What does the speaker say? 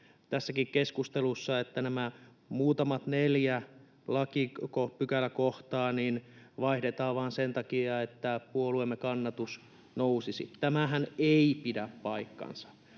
tässäkin keskustelussa, että nämä muutamat neljä lakipykäläkohtaa vaihdetaan vain sen takia, että puolueemme kannatus nousisi. Tämähän ei pidä paikkaansa.